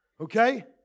Okay